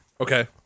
Okay